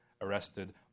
arrested